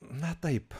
na taip